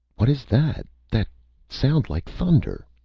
what is that that sound like thunder?